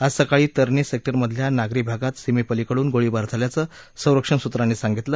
आज सकाळी करनी सेक्टरमधल्या नागरी भागात सीमेपलीकडून गोळीबार झाल्याचं संरक्षण सूत्रांनी सांगितलं